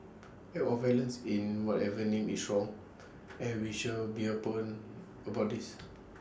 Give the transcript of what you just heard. acts of violence in whatever name is wrong and we should be open about this